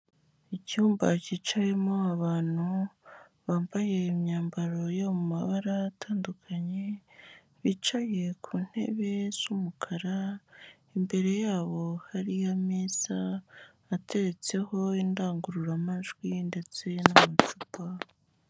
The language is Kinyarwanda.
Icyumba cyicayemo abantu bambaye imyambaro yo mu mabara atandukanye, bicaye ku ntebe z'umukara, imbere yabo hari ameza ateretseho indangururamajwi ndetse n'amacupa.